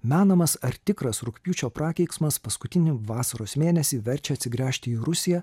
menamas ar tikras rugpjūčio prakeiksmas paskutinį vasaros mėnesį verčia atsigręžti į rusiją